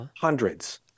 Hundreds